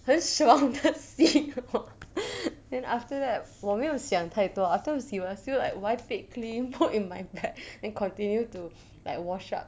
很爽地洗完 then after that 我没有想太多 after 我洗完 still like wipe it clean put in my bag then continue to like wash up